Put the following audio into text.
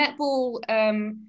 netball